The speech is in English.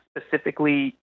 specifically